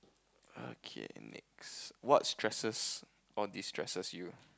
okay next what stresses or destresses you